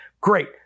Great